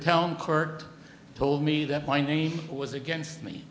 town court told me that my name was against me